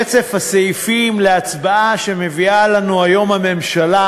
רצף הסעיפים להצבעה שמביאה לנו היום הממשלה